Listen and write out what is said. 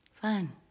Fun